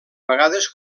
vegades